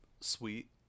sweet